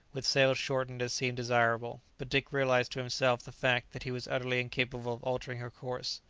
with sails shortened as seemed desirable but dick realized to himself the fact that he was utterly incapable of altering her course.